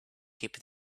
keep